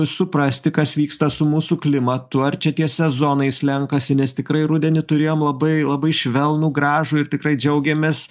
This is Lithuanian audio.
suprasti kas vyksta su mūsų klimatu ar čia tie sezonai slenkasi nes tikrai rudenį turėjom labai labai švelnų gražų ir tikrai džiaugėmės